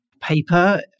paper